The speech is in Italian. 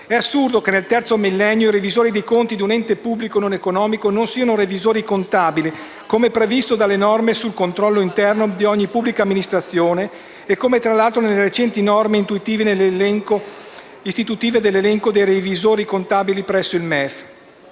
È assurdo che nel terzo millennio i revisori dei conti di un ente pubblico non economico non siano revisori contabili, come previsto dalle norme sul controllo interno di ogni pubblica amministrazione e come previsto, tra l'altro, dalle recenti norme istitutive dell'elenco dei revisori contabili presso il MEF.